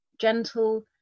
gentle